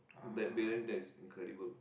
that Briyani there is incredible